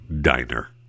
Diner